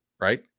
right